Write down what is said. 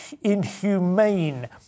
inhumane